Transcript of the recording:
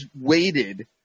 waited